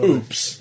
Oops